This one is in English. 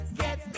get